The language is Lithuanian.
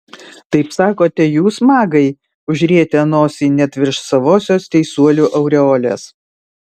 taip sakote jūs magai užrietę nosį net virš savosios teisuolių aureolės